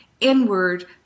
inward